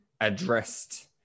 addressed